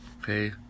okay